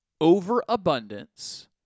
overabundance